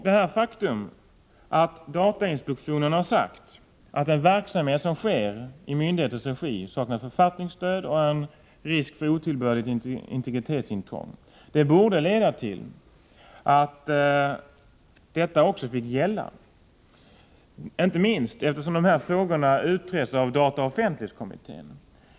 Det faktum att datainspektionen har sagt att den aktuella verksamhet som sker i myndigheternas regi saknar författningsstöd och innebär risk för otillbörligt integritetsintrång borde leda till att ett tillbakadragande fick gälla också i det här fallet, inte minst eftersom dessa frågor utreds av dataoch offentlighetskommittén.